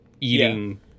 eating